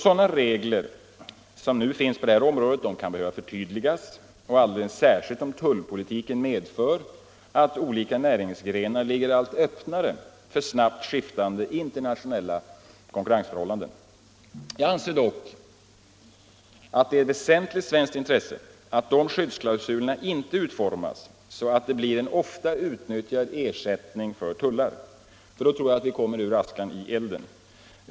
Sådana regler som nu finns på det området kan behöva förtydligas, alldeles särskilt om tullpolitiken medför att olika näringsgrenar ligger allt öppnare för snabbt skiftande internationella konkurrensförhållanden. Jag anser dock att det är ett väsentligt svenskt intresse att dessa skyddsklausuler inte utformas så att de blir en ofta utnyttjad ersättning för tullar. Vi kommer då ur askan i elden.